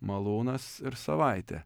malūnas ir savaitė